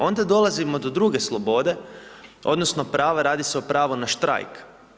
Onda dolazimo do druge slobode, odnosno prava, radi se o pravu na štrajk.